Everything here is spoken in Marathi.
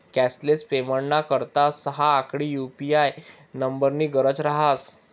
कॅशलेस पेमेंटना करता सहा आकडी यु.पी.आय नम्बरनी गरज रहास